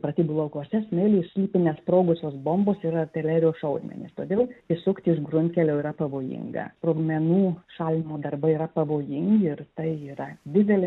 pratybų laukuose smėly slypi nesprogusios bombos ir artilerijos šaudmenys todėl išsukti iš gruntkelio yra pavojinga sprogmenų šalinimo darbai yra pavojingi ir tai yra didelė